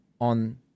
on